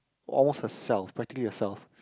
almost herself practically herself